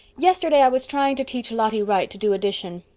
yesterday i was trying to teach lottie wright to do addition.